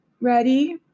ready